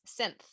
synth